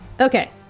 Okay